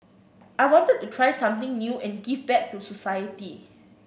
I wanted to try something new and give back to society